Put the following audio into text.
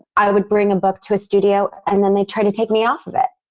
i would bring a book to a studio and then they tried to take me off of it.